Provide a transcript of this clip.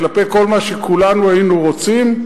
כלפי כל מה שכולנו היינו רוצים,